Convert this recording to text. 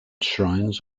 shrines